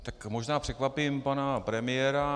Tak možná překvapím pana premiéra.